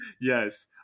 Yes